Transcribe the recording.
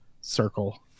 circle